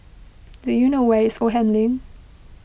do you know where is Oldham Lane